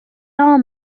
are